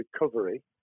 recovery